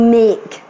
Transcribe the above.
make